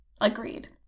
agreed